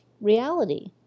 reality